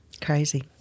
Crazy